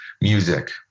music